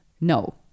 No